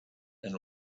and